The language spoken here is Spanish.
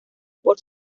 por